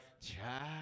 child